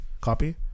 copy